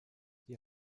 die